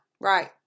Right